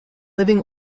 living